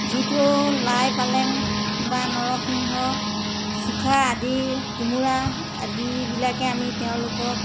যিটো লাই পালেং বা নৰসিংহ আদি কোমোৰা আদিবিলাকে আমি তেওঁলোকক